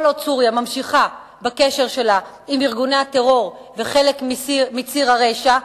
כל עוד סוריה ממשיכה בקשר שלה עם ארגוני הטרור וכחלק מציר הרשע,